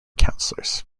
councillors